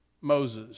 Moses